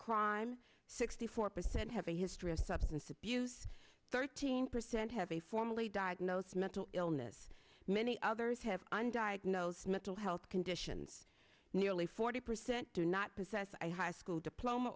crime sixty four percent have a history of substance abuse thirteen percent have a formally diagnosed mental illness many others have undiagnosed mental health conditions nearly forty percent do not possess i high school diploma